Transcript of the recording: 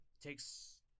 takes